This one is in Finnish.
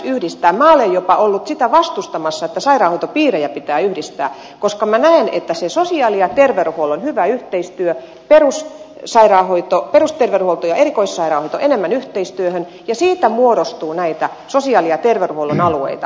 minä olen jopa ollut sitä vastustamassa että sairaanhoitopiirejä pitää yhdistää koska minä näen että tärkeää on se sosiaali ja terveydenhuollon hyvä yhteistyö perusterveydenhuollon ja erikoissairaanhoidon tulisi tehdä enemmän yhteistyötä ja siitä muodostuu näitä sosiaali ja terveydenhuollon alueita